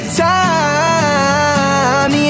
time